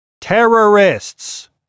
Terrorists